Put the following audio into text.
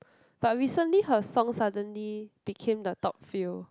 but recently her song suddenly became the top few